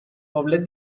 poblet